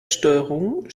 steuerung